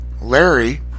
Larry